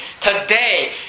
today